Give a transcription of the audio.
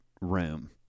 room